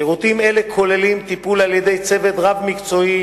שירותים אלה כוללים טיפול על-ידי צוות רב-מקצועי